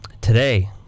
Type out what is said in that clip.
today